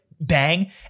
bang